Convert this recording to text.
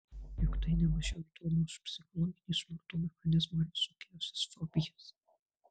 juk tai ne mažiau įdomu už psichologinį smurto mechanizmą ar visokiausias fobijas